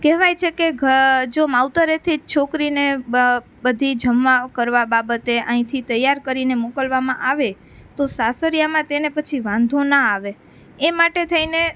કહેવાય છે કે જો માવતરેથી જ છોકરીને બધી જમવા કરવા બાબતે અહીંથી તૈયાર કરીને મોકલવામાં આવે તો સાસરિયામાં તેને પછી વાંધો ના આવે એ માટે થઇને